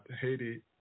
Haiti